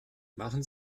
machen